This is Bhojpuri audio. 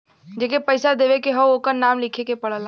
जेके पइसा देवे के हौ ओकर नाम लिखे के पड़ला